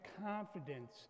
confidence